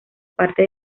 partes